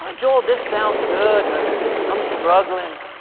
joel, this sounds good, but i'm struggling.